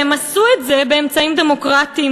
והם עשו את זה באמצעים דמוקרטיים,